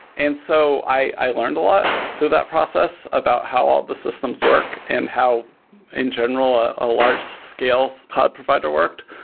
and so i learned a lot through that process about how all the systems work and how in general a large scale cloud provider worked,